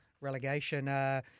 relegation